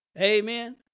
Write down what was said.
Amen